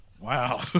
Wow